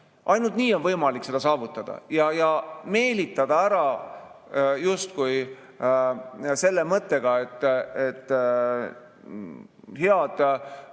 Ainult nii on võimalik seda saavutada. Meelitada justkui selle mõttega häid